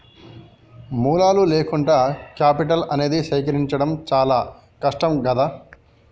మూలాలు లేకుండా కేపిటల్ అనేది సేకరించడం చానా కష్టం గదా